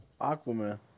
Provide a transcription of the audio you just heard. Aquaman